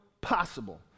possible